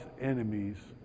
enemies